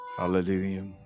Hallelujah